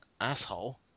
Asshole